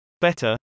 Better